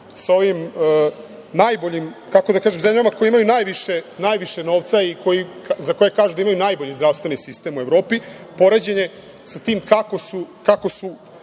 sa ovim najboljim, kako da kažem, zemljama koje imaju najviše novce i za koje kažu da imaju najbolji zdravstveni sistem u Evropi, poređenje sa tim kako su